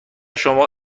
شما